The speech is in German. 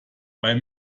mein